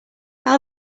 how